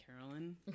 Carolyn